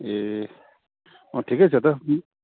ए अँ ठिकै छ त